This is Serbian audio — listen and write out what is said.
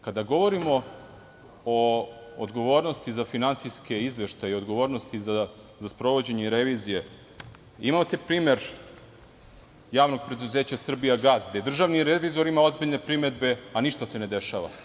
Kada govorimo o odgovornosti za finansijske izveštaje i odgovornosti za sprovođenje revizije, imate primer JP "Srbijagas", gde državni revizor ima ozbiljne primedbe a ništa se ne dešava.